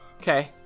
Okay